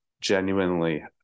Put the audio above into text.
genuinely